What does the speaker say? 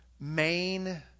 main